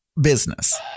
business